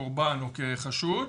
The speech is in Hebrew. כקורבן או כחשוד,